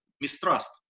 mistrust